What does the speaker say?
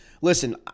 listen